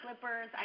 slippers